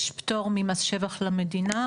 יש פטור מס שבח למדינה,